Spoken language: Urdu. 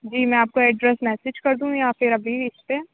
جی میں آپ کو ایڈریس میسج كردوں یا پھر ابھی اِس پہ